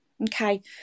okay